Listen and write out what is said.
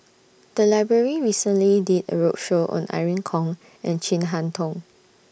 The Library recently did A roadshow on Irene Khong and Chin Harn Tong